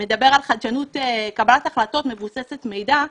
שמדבר על קבלת החלטות מבוססת מידע,